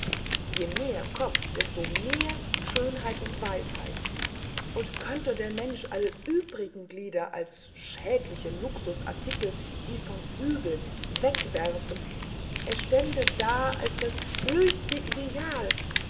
je mehr kopf desto mehr schönheit und weisheit und könnte der mensch alle übrigen glieder als schädliche luxusartikel die vom übel wegwerfen er stände da als höchstes ideal